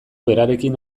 berarekin